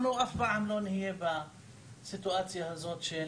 אנחנו אף פעם לא נהיה בסיטואציה הזאת של